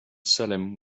salem